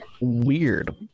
weird